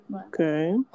okay